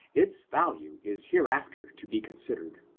its value is hereafter to be considered.